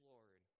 Lord